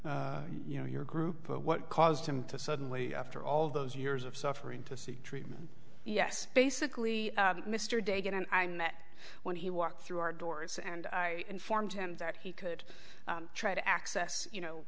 you know your group but what caused him to suddenly after all those years of suffering to seek treatment yes basically mr de gette and i met when he walked through our doors and i informed him that he could try to access you know